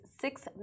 six